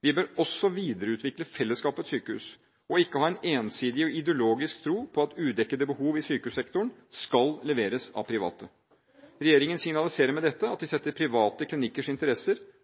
Vi bør også videreutvikle fellesskapets sykehus og ikke ha en ensidig og ideologisk tro på at udekkede behov i sykehussektoren skal leveres av private. Regjeringen signaliserer med dette at de setter private klinikkers interesser